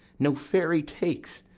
no fairy takes,